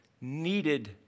needed